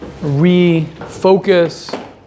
refocus